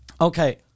okay